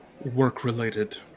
work-related